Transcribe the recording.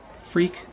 Freak